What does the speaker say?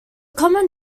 common